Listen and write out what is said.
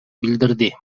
билдирди